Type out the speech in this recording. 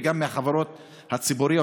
וגם בחברות הציבוריות,